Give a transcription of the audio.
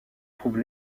trouve